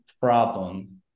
problem